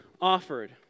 offered